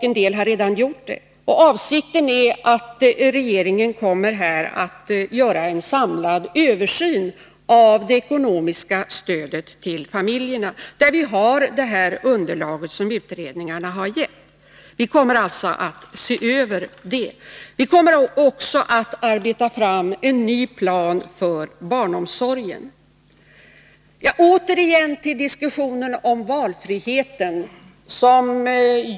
En del förslag har redan inkommit. Regeringen avser att göra en samlad översyn av det ekonomiska stödet till barnfamiljerna när underlag från utredningarna föreligger. Vidare kommer vi att arbeta fram en ny plan för barnomsorgen. Återigen till diskussionen om valfriheten.